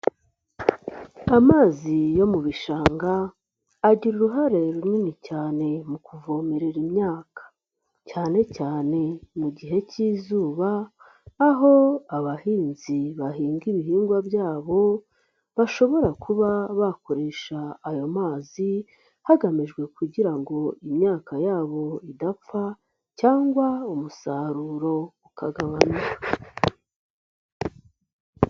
Amazi yo mu bishanga, agira uruhare runini cyane mu kuvomerera imyaka, cyane cyane mu gihe cy'izuba, aho abahinzi bahinga ibihingwa byabo, bashobora kuba bakoresha ayo mazi, hagamijwe kugira ngo imyaka yabo idapfa cyangwa umusaruro ukagabanuka.